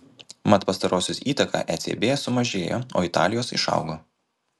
mat pastarosios įtaka ecb sumažėjo o italijos išaugo